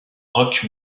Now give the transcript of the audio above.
rock